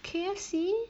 K_F_C